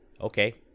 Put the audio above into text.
Okay